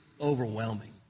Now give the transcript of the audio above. overwhelming